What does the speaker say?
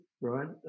right